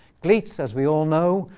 gleets, as we all know,